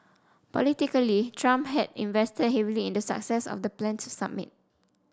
politically Trump had invested heavily in the success of the planned summit